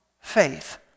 faith